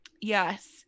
Yes